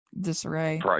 disarray